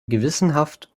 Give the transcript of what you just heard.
gewissenhaft